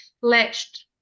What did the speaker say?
latched